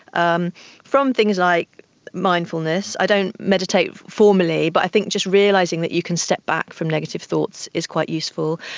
um from things like mindfulness. i don't meditate formally, but i think just realising that you can step back from negative thoughts is quite useful,